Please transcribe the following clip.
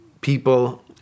people